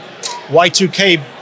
y2k